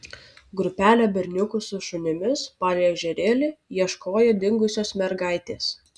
grupelė berniukų su šunimis palei ežerėlį ieškojo dingusios mergaitės